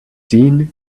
seen